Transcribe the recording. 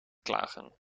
klagen